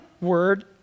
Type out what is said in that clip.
word